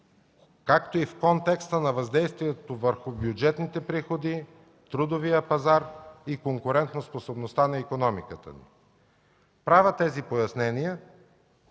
както и в контекста на въздействие върху бюджетните приходи, трудовия пазар и конкурентоспособността на икономиката ни. Правя тези пояснения